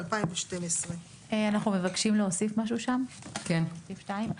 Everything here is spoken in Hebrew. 2012. אנחנו מבקשים להוסיף משהו בסעיף (2).